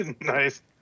Nice